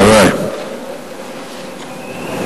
התשע"א 2010, לוועדת הכספים נתקבלה.